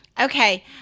Okay